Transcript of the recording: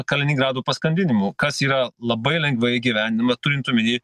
kaliningrado paskandinimu kas yra labai lengvai įgyvendinama turint omeny